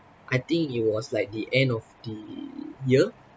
I think it was like the end of the year